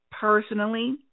personally